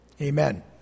Amen